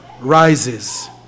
rises